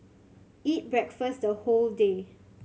eat breakfast the whole day